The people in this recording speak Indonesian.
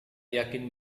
yakin